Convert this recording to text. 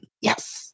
Yes